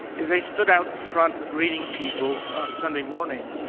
as i stood out front greeting people on sunday morning,